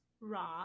Raw